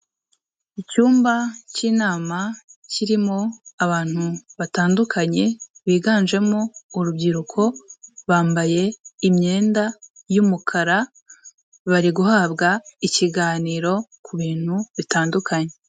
Icyumba cy'inama kirimo abantu batandukanye biganjemo urubyiruko bambaye imyenda y'umukara bari guhabwa ikiganiro ku bintu bitandukanye.